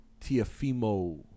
Tiafimo